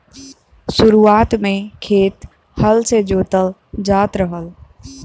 शुरुआत में खेत हल से जोतल जात रहल